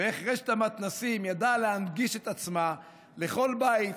איך רשת המתנ"סים ידעה להנגיש את עצמה לכל בית,